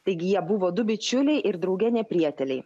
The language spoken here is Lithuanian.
taigi jie buvo du bičiuliai ir drauge ne prieteliai